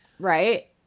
Right